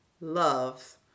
loves